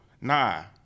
nah